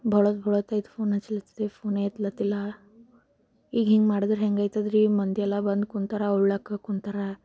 ಭಾಳೋತ್ತು ಭಾಳೋತ್ತು ಆಯ್ತು ಫೋನ್ ಹಚ್ಚುತಿದ್ದೆ ಫೋನೇ ಎತ್ತುತ್ತಿಲ್ಲ ಈಗ ಹಿಂಗೆ ಮಾಡಿದರೆ ಹೆಂಗೈತದ್ರಿ ಮಂದಿಯೆಲ್ಲ ಬಂದು ಕೂತಾರೆ ಉಣ್ಣೋಕ್ಕೆ ಕೂತಾರೆ